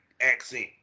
accent